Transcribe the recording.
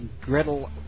Gretel